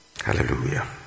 Hallelujah